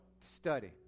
study